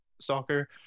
soccer